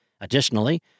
Additionally